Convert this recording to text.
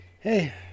Hey